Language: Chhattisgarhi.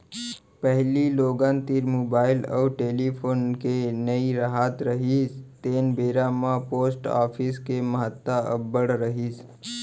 पहिली लोगन तीर मुबाइल अउ टेलीफोन के नइ राहत रिहिस तेन बेरा म पोस्ट ऑफिस के महत्ता अब्बड़ रिहिस